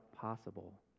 possible